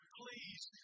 please